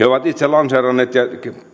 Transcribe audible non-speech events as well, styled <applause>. <unintelligible> ovat itse lanseeranneet ja